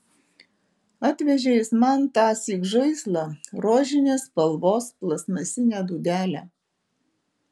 atvežė jis man tąsyk žaislą rožinės spalvos plastmasinę dūdelę